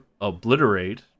Obliterate